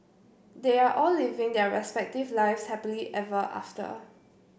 they are all living their respective lives happily ever after